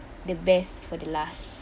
the best for the last